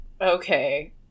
Okay